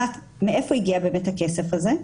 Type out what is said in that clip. מאיפה הגיע באמת הכסף הזה,